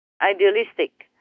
idealistic